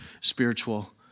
spiritual